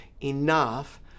enough